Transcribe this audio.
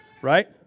Right